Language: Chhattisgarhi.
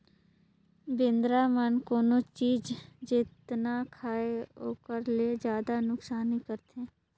बेंदरा मन कोनो चीज जेतना खायें ओखर ले जादा नुकसानी करथे